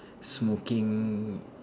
smoking